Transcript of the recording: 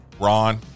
ron